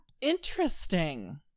Interesting